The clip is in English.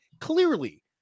clearly